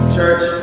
Church